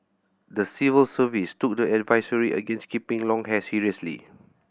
the civil service took the advisory against keeping long hair seriously